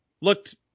looked